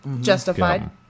Justified